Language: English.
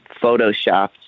photoshopped